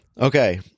Okay